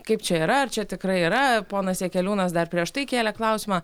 kaip čia yra ar čia tikrai yra ponas jakeliūnas dar prieš tai kėlė klausimą